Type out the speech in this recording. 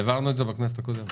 העברנו את זה בכנסת הקודמת.